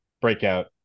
breakout